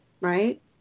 right